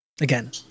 Again